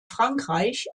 frankreich